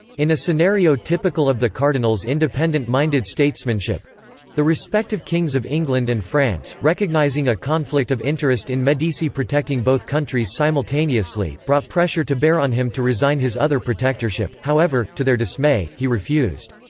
in a scenario typical of the cardinal's independent-minded statesmanship the respective kings of england and france, recognizing a conflict of interest in medici protecting both countries simultaneously, brought pressure to bear on him to resign his other protectorship however, to their dismay, he refused.